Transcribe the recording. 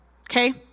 okay